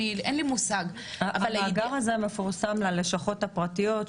אין לי מושג המאגר הזה מפורסם ללשכות הפרטיות,